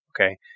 Okay